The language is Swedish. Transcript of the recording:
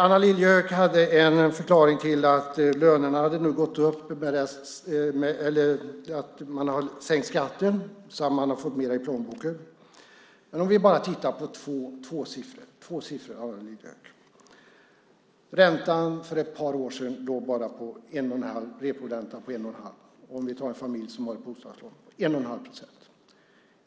Anna Lilliehöök hade en förklaring till att människor har fått mer i plånboken, och det var att man hade sänkt skatten. Men då kan vi titta på två siffror. Reporäntan låg för ett par år på bara 1 1⁄2 procent, och